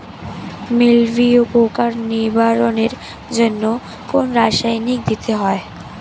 মিলভিউ পোকার নিবারণের জন্য কোন রাসায়নিক দিতে হয়?